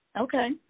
Okay